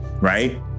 right